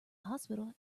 hospital